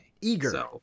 Eager